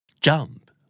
Jump